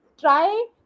try